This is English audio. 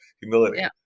humility